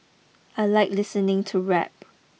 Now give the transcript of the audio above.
I like listening to rap